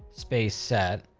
space, set,